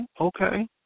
okay